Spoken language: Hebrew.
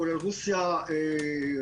כולל רוסיה,